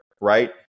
Right